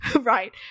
Right